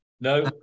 No